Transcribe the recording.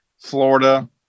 Florida